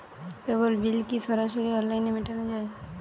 কেবল bill কি সরাসরি অনলাইনে মেটানো য়ায়?